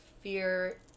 fear